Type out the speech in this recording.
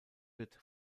wird